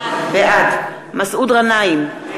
בעד מסעוד גנאים,